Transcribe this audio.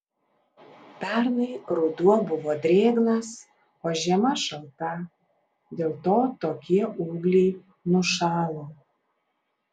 pernai ruduo buvo drėgnas o žiema šalta dėl to tokie ūgliai nušalo